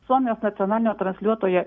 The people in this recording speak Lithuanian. suomijos nacionalinio transliuotoja